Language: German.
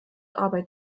arbeit